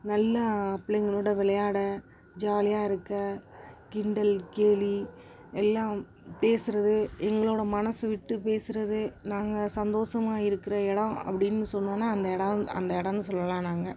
நல்லா பிள்ளைங்களோடு விளையாட ஜாலியாக இருக்க கிண்டல் கேலி எல்லாம் பேசுகிறது எங்களோடு மனம் விட்டு பேசுகிறது நாங்கள் சந்தோசமாக இருக்கிற இடம் அப்படின்னு சொல்லணும்னா அந்த இடோம் அந்த இடனு சொல்லலாம் நாங்கள்